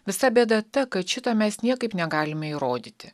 visa bėda ta kad šito mes niekaip negalime įrodyti